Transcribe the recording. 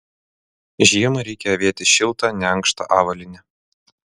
žiemą reikia avėti šiltą neankštą avalynę